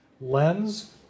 Lens